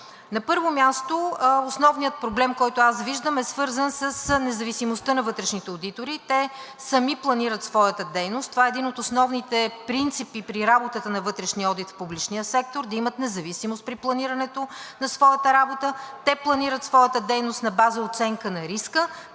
На първо място, основният проблем, който аз виждам, е свързан с независимостта на вътрешните одитори. Те сами планират своята дейност. Това е един от основните принципи при работата на вътрешния одит в публичния сектор – да имат независимост при планирането на своята работа. Те планират своята дейност на база оценка на риска,